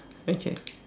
okay